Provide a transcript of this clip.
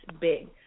big